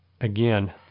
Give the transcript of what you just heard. again